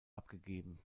abgegeben